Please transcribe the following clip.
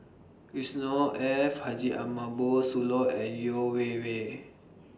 Yusnor Ef Haji Sooloh and Yeo Wei Wei